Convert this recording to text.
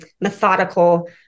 methodical